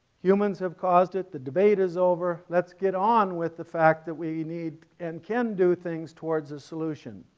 humans have caused it, the debate is over, let's get on with the fact that we need and can do things towards a solution.